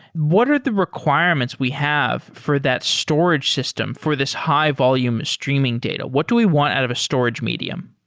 what are the requirements we have for that storage system for this high-volume streaming data? what do we want out of a storage medium?